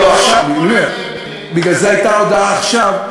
לא, אני אומר: בגלל זה הייתה ההודעה עכשיו.